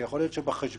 כשיכול להיות שבחשבון